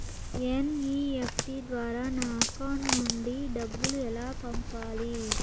NEFT ద్వారా నా account నుండి డబ్బులు ఎలా పంపాలి